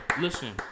listen